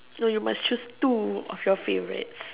no you must choose two of your favourites